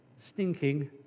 stinking